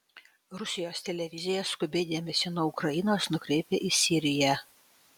rusijos televizija skubiai dėmesį nuo ukrainos nukreipia į siriją